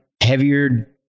heavier